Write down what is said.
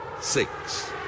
six